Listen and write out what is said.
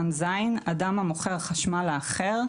(ז) אדם המוכר חשמל לאחר,